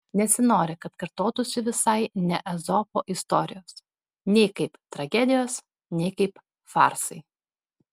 nesinori kad kartotųsi visai ne ezopo istorijos nei kaip tragedijos nei kaip farsai